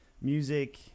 music